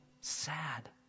sad